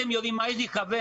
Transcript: אתם יודעים מה, יש לי חבר